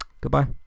Goodbye